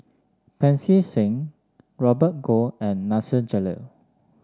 Pancy Seng Robert Goh and Nasir Jalil